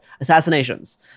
assassinations